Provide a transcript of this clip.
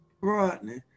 Rodney